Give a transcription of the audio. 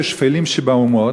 כשפלות שבאומות,